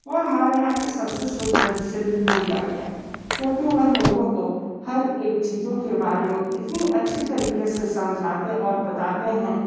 वो हमारे यहाँ के सबसे सुप्रसिद्ध टूर गाइड हैं क्योंकि वह लोगों को हर एक चीज़ों के बारे में इतनी अच्छी तरीके से समझाते और बताते हैं